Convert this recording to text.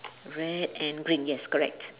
red and green yes correct